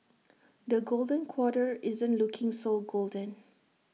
the golden quarter isn't looking so golden